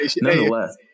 nonetheless